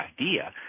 idea